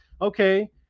Okay